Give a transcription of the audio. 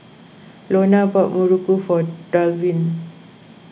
Lorna bought Muruku for Dalvin